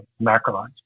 macrolides